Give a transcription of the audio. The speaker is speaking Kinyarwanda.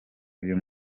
uyu